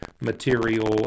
material